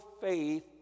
faith